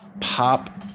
pop